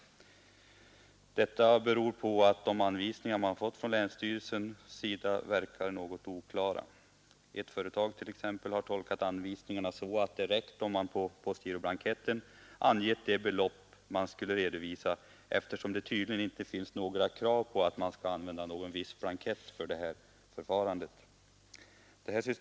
Anledningen till att de inte gjorde det var att länsstyrelsens anvisningar var något oklara. Ett företag t.ex. har tolkat dem så att det räckte om man på postgiroblanketten angav det belopp man skulle redovisa, eftersom det tydligen inte fanns några krav på att använda en viss blankett för detta förfarande.